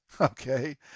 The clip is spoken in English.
Okay